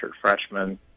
freshman